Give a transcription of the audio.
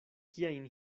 kiajn